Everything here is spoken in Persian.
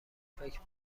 فکر